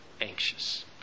anxious